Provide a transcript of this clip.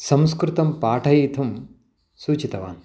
संस्कृतं पाठयितुं सूचितवान्